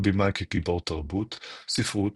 הבלש כגיבור תרבות ספרות,